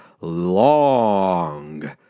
long